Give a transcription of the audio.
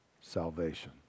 salvation